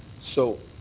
so,